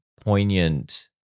poignant